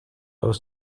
aus